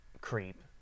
Creep